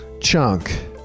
chunk